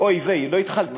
אוי ויי, לא התחלתי.